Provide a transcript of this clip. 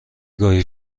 گاهی